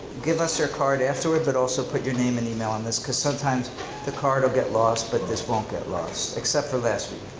give us your card afterward, but also put your name and email on this. cause sometimes the card'll get lost but this won't get lost, except for last week.